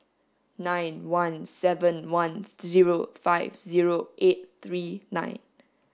nine one seven one zero five zero eight three nine